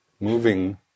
moving